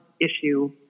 issue